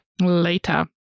Later